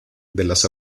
las